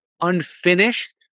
unfinished